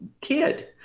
kid